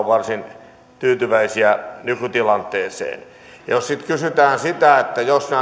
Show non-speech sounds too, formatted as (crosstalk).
(unintelligible) varsin tyytyväisiä nykytilanteeseen jos sitten kysytään sitä että jos